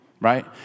Right